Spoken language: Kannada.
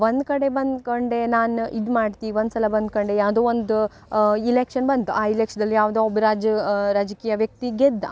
ಒಂದು ಕಡೆ ಬಂದುಕೊಂಡೆ ನಾನು ಇದು ಮಾಡ್ತೆ ಒಂದು ಸಲ ಬಂದುಕೊಂಡೆ ಯಾವುದೋ ಒಂದು ಇಲೆಕ್ಷನ್ ಬಂತು ಆ ಇಲೆಕ್ಷ್ದಲ್ಲಿ ಯಾವುದೋ ಒಬ್ಬ ರಾಜ್ಯ ರಾಜಕೀಯ ವ್ಯಕ್ತಿ ಗೆದ್ದ